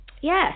yes